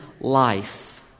life